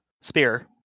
Spear